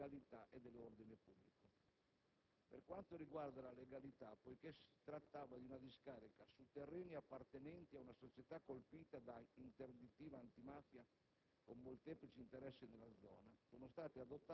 consapevoli degli alti rischi sotto l'aspetto della legalità e dell'ordine pubblico. Per quanto riguarda la legalità, poiché si trattava di una discarica su terreni appartenenti a una società colpita da interdittiva antimafia